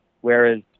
whereas